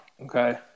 Okay